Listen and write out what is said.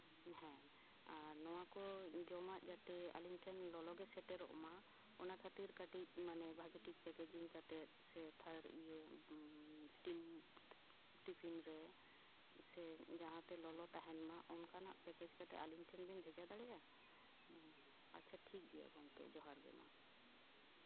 ᱟᱨ ᱦᱮᱸ ᱱᱚᱣᱟ ᱠᱚ ᱡᱚᱢᱟᱜ ᱡᱟᱛᱮ ᱟᱹᱞᱤᱧ ᱴᱷᱮᱱ ᱞᱚᱞᱚ ᱜᱮ ᱥᱮᱴᱮᱨᱚᱜ ᱢᱟ ᱚᱱᱟ ᱠᱷᱟᱹᱛᱤᱨ ᱠᱟᱹᱴᱤᱡ ᱢᱟᱱᱮ ᱵᱷᱟᱹᱜᱤ ᱴᱷᱤᱠ ᱯᱮᱠᱮᱡᱤᱝ ᱠᱟᱛᱮᱫ ᱥᱮ ᱤᱭᱟᱹ ᱥᱮ ᱤᱥᱴᱤᱞ ᱴᱤᱯᱷᱤᱱ ᱨᱮ ᱥᱮ ᱡᱟᱦᱟᱸᱛᱮ ᱞᱚᱞᱚ ᱛᱟᱦᱮᱱ ᱢᱟ ᱚᱱᱠᱟᱱᱟᱜ ᱯᱮᱠᱮᱡ ᱠᱟᱛᱮᱫ ᱟᱹᱞᱤᱧ ᱴᱷᱮᱱ ᱵᱮᱱ ᱵᱷᱮᱡᱟ ᱫᱟᱲᱮᱭᱟᱜᱼᱟ ᱟᱪᱪᱷᱟ ᱴᱷᱤᱠ ᱜᱮᱭᱟ ᱡᱚᱦᱟᱨ ᱜᱮ ᱢᱟ